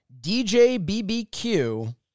DJBBQ